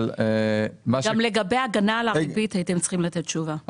גם לגבי ההגנה על הריבית הייתם צריכים לתת תשובה.